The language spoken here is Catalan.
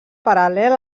paral·lel